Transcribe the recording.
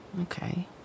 Okay